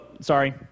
sorry